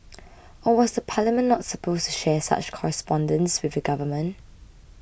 or was the Parliament not supposed to share such correspondences with the government